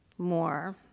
more